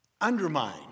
undermine